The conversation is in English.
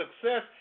Success